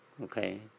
okay